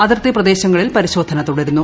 അതിർത്തി പ്രദേശങ്ങളിൽ പ്പർശോധന തുടരുന്നു